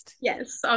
Yes